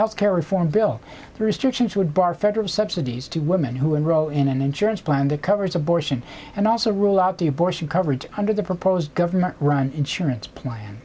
health care reform bill restrictions would bar federal subsidies to women who enroll in an insurance plan that covers abortion and also rule out the abortion coverage under the proposed government run insurance plan